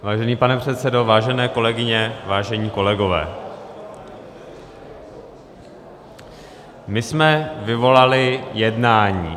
Vážený pane předsedo, vážené kolegyně, vážení kolegové, my jsme vyvolali jednání.